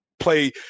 play